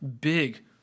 big